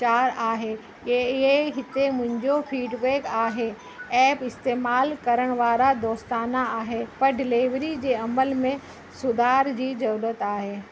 चारि आहे ए इहे हिते मुंहिंजो फीडबैक आहे ऐप इस्तेमाल करण वारा दोस्ताना आहे पर डिलीवरी जे अमल में सुधार जी ज़रूरत आहे